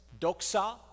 Doxa